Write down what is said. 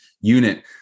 unit